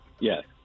Yes